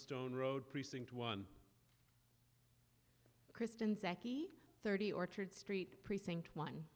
stone road precinct one kristen seche thirty orchard street precinct one